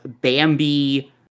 Bambi